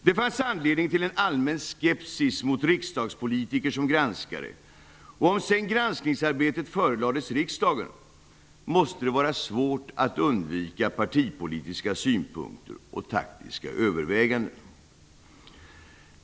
Det fanns anledning till en allmän skepsis mot riksdagspolitiker som granskare, och om sedan granskningsarbetet förelades riksdagen måste det vara svårt att undvika partipolitiska synpunkter och taktiska överväganden.